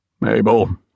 Mabel